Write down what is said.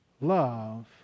love